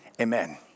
Amen